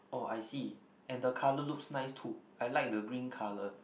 oh I see and the colour looks nice too I like the green colour